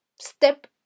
step